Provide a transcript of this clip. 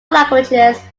languages